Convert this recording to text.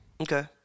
Okay